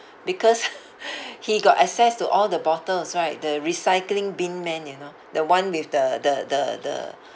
because he got access to all the bottles right the recycling bin man you know the one with the the the the